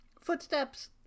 footsteps